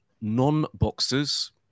non-boxers